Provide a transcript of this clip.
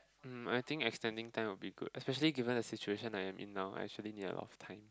um I think extending time will be good especially given the situation I am in now I actually need a lot of time